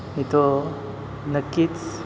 मी तो नक्कीच